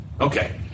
Okay